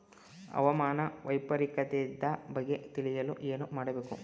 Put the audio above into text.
ಹವಾಮಾನ ವೈಪರಿತ್ಯದ ಬಗ್ಗೆ ತಿಳಿಯಲು ಏನು ಮಾಡಬೇಕು?